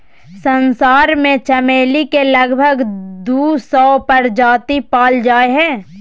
संसार में चमेली के लगभग दू सौ प्रजाति पाल जा हइ